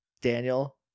Daniel